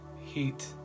heat